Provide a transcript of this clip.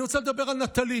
אני רוצה לדבר על נטלי.